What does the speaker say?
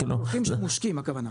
כן, הקולחים שמושקים הכוונה.